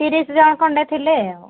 ତିରିଶ ଜଣ ଖଣ୍ତେ ଥିଲେ ଆଉ